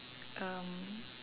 erm